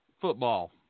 Football